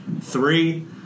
three